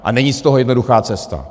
A není z toho jednoduchá cesta.